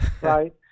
right